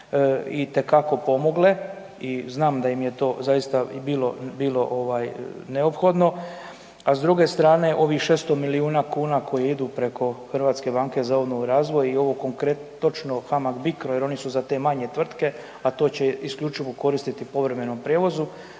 itekako pomogle i znam da im je to zaista bilo neophodno, a s druge strane, ovih 600 milijuna kuna koje idu preko HBOR-a i ovog konkretno, točno HAMAG Bicro, jer oni su za te manje tvrtke, a to će isključivo koristiti u povremenom prijevozu,